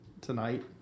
Tonight